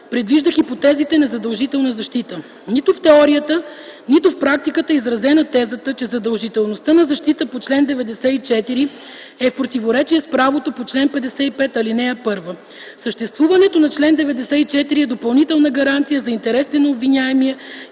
предвижда хипотезите на задължителна защита. Нито в теорията, нито в практиката е изразена тезата, че задължителността на защитата по чл. 94 е в противоречие с правото по чл. 55, ал. 1. Съществуването на чл. 94 е допълнителна гаранция за интересите на обвиняемия